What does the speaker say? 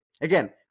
again